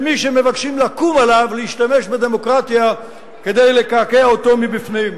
של מי שמבקשים לקום עליו להשתמש בדמוקרטיה כדי לקעקע אותו מבפנים.